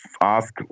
ask